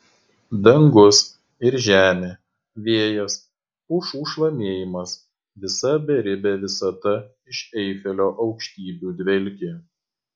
dangus ir žemė vėjas pušų šlamėjimas visa beribė visata iš eifelio aukštybių dvelkė